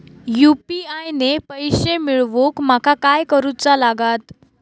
UPI ने पैशे मिळवूक माका काय करूचा लागात?